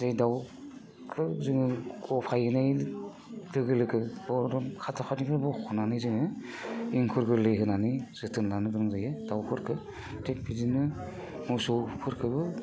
दाउखो जोङो खफायैनो लोगो लोगो खाथाख'निफ्राय बख'नानै जोङो एंखुर गोरलै होनानै जोथोन लानो गोनां जायो दाउफोरखो थिग बिदिनो मोसौ फोरखोबो